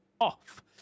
off